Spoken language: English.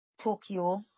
Tokyo